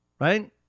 Right